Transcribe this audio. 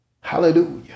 hallelujah